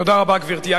תודה רבה, גברתי.